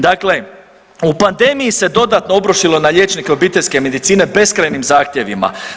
Dakle, u pandemiji se dodatno obrušilo na liječnike obiteljske medicine beskrajnim zahtjevima.